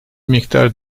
miktar